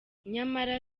nyamara